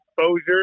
exposure